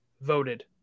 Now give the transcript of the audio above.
voted